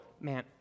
man